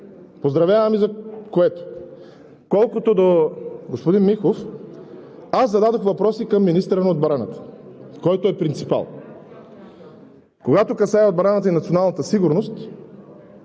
поздравявам Ви за което. Колкото до господин Михов, аз зададох въпроси към министъра на отбраната, който е принципал. Когато касае отбраната и националната сигурност,